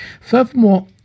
Furthermore